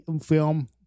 film